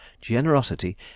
generosity